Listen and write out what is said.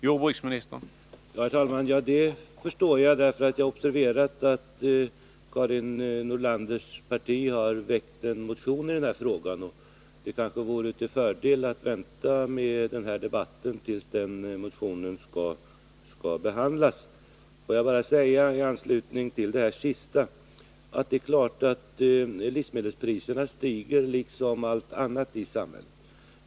Herr talman! Jag har observerat att Karin Nordlanders parti har väckt en motion i denna fråga, och det vore kanske till fördel att vänta med denna debatt tills den motionen skall behandlas. I anslutning till det senaste Karin Nordlander yttrade vill jag säga att livsmedelspriserna naturligtvis stiger liksom alla andra priser.